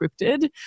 scripted